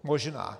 Možná.